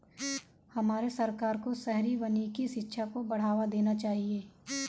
हमारे सरकार को शहरी वानिकी शिक्षा को बढ़ावा देना चाहिए